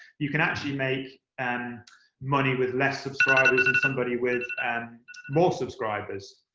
you can actually make and money with less subscribers than somebody with more subscribers.